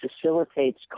facilitates